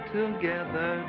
together